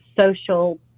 social